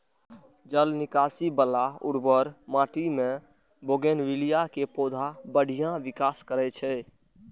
जल निकासी बला उर्वर माटि मे बोगनवेलिया के पौधा बढ़िया विकास करै छै